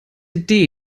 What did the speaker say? die